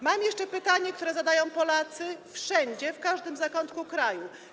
Mam jeszcze pytanie, które zadają Polacy wszędzie, w każdym zakątku kraju.